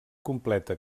completa